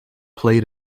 played